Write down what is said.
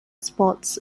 sports